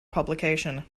publication